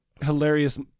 hilarious